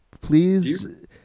please